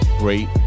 Great